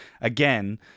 again